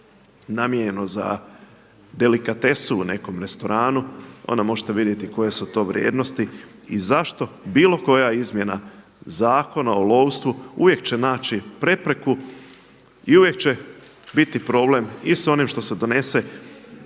namijenjeno za delikatesu u nekom restoranu onda možete vidjeti koje su to vrijednosti i zašto bilo koja izmjena Zakona o lovstvu uvijek će naći prepreku i uvijek će biti problem i sa onim što se donese